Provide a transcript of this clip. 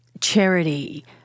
charity